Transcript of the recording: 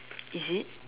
is it